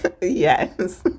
Yes